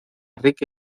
rica